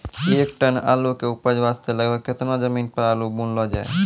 एक टन आलू के उपज वास्ते लगभग केतना जमीन पर आलू बुनलो जाय?